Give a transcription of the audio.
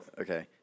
Okay